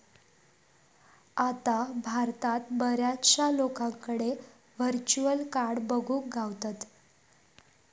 आता भारतात बऱ्याचशा लोकांकडे व्हर्चुअल कार्ड बघुक गावतत